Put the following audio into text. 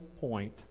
point